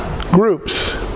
groups